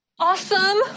Awesome